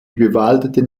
bewaldeten